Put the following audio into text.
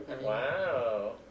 Wow